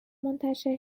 منتشر